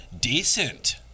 Decent